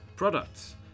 products